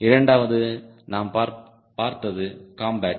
இரண்டாவது நாம் பார்த்தது காம்பேட்